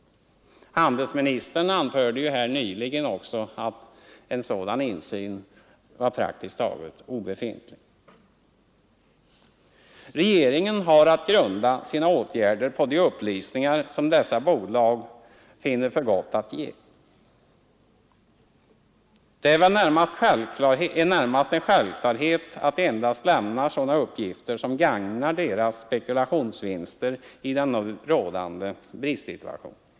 Handelsministern anförde också nyss i kammaren att en sådan insyn praktiskt taget inte existerar. Regeringen har att grunda sina åtgärder på de upplysningar som dessa bolag finner för gott att ge. Det är väl närmast en självklarhet att de endast lämnar sådana uppgifter som gagnar deras egna spekulationsvinster i den nu rådande bristsituationen.